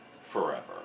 forever